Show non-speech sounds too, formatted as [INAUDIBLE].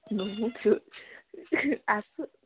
[UNINTELLIGIBLE] আছোঁ